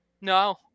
No